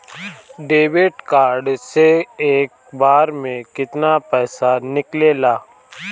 Debit card से एक बार मे केतना पैसा निकले ला?